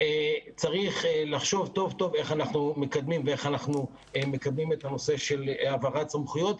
צריך לחשוב טוב טוב איך אנחנו מקדמים את הנושא של העברת סמכויות,